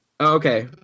okay